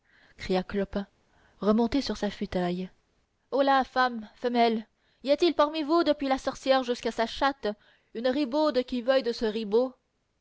clopin remonté sur sa futaille holà femmes femelles y a-t-il parmi vous depuis la sorcière jusqu'à sa chatte une ribaude qui veuille de ce ribaud